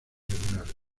tribunales